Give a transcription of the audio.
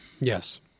Yes